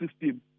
system